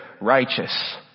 righteous